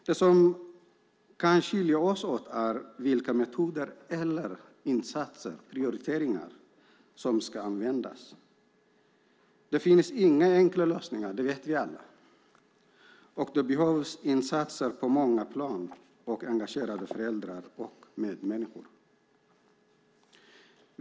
Det som kan skilja oss åt är metoder, insatser och prioriteringar. Det finns inga enkla lösningar, det vet vi alla, och det behövs insatser på många plan och engagerade föräldrar och medmänniskor.